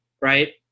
right